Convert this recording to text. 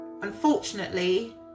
Unfortunately